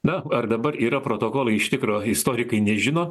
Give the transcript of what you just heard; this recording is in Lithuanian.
na ar dabar yra protokolai iš tikro istorikai nežino